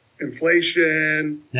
Inflation